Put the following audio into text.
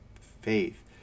faith